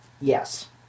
Yes